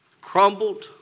crumbled